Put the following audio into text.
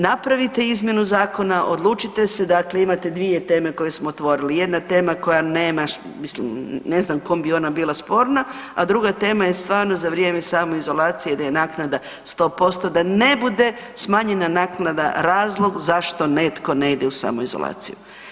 Napravite izmjenu zakona, odlučite se dakle imate dvije teme koje smo otvorili, jedna tema koja nema ne znam kom bi ona bila sporna, a druga tema je stvarno za vrijeme samoizolacije da je naknada 100% da ne bude smanjena naknada razlog zašto netko ne ide u samoizolaciju.